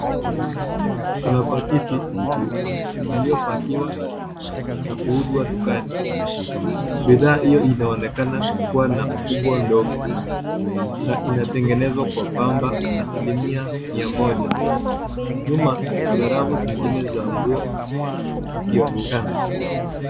Kuna pakiti iliyopakiwa na kuuzwa dukani ,bidhaa hiyo inaonekana kuwa na ukubwa ndogo ,na inatengenezwa kwa pamba asilimia mia Moja .Nyuma Kuna rafu zingine za nguo zikionekana.